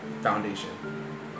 Foundation